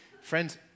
Friends